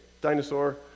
dinosaur